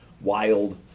wild